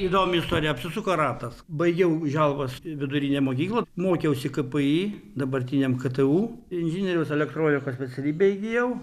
įdomi istorija apsisuko ratas baigiau želvos vidurinę mokyklą mokiausi kpi dabartiniam ktu inžinieriaus elektroniko specialybę įgyjau